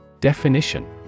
Definition